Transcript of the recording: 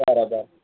बरोबर